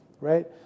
right